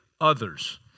others